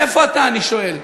איפה אתה, אני שואל.